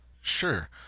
Sure